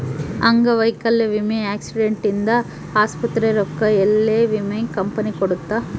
ಅಂಗವೈಕಲ್ಯ ವಿಮೆ ಆಕ್ಸಿಡೆಂಟ್ ಇಂದ ಆಸ್ಪತ್ರೆ ರೊಕ್ಕ ಯೆಲ್ಲ ವಿಮೆ ಕಂಪನಿ ಕೊಡುತ್ತ